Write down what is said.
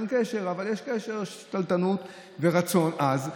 אין קשר, אבל יש קשר: שתלטנות ורצון עז.